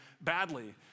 badly